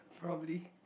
probably